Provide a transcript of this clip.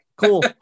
Cool